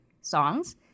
songs